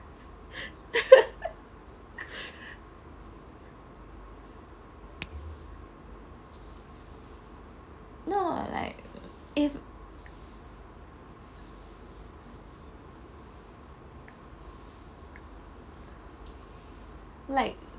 no like if like